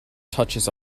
touches